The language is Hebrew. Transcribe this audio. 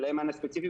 ולהם מענה ספציפי.